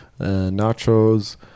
nachos